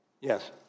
Yes